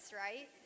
right